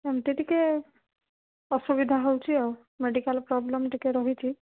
ଏମିତି ଟିକିଏ ଅସୁବିଧା ହେଉଛି ଆଉ ମେଡ଼ିକାଲ୍ ପ୍ରୋବ୍ଲେମ୍ ଟିକିଏ ରହିଛି